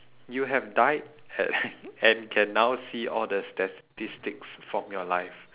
you have died and and can now see all the statistics from your life